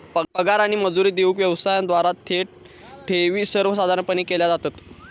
पगार आणि मजुरी देऊक व्यवसायांद्वारा थेट ठेवी सर्वसाधारणपणे केल्या जातत